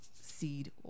Seed